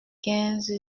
quinze